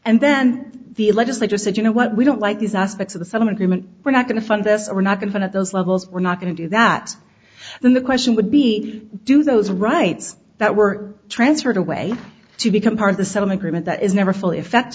and then the legislature said you know what we don't like these aspects of the second agreement we're not going to fund this we're not going fun at those levels we're not going to do that then the question would be do those rights that were transferred away to become part of the settlement agreement that is never full effect